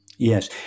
Yes